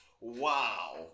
Wow